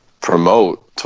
promote